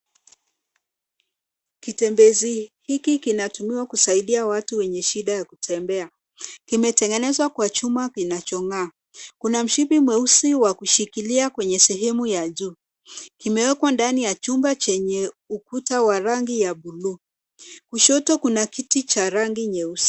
Kitembezi hiki kinatumiwa kusaidia watu wenye shida ya kutembea. Kimetengenezwa kwa chuma kinachong'aa. Kuna mshipi mweusi wa kushikilia kwenye sehemu ya juu. Kimewekwa ndani ya chumba chenye ukuta wa rangi ya buluu. Kushoto kuna kiti cha rangi nyeusi.